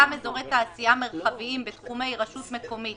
גם אזורי תעשייה מרחביים בתחומי רשות מקומית